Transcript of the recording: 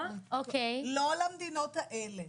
לא למדינות האלה.